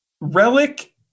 Relic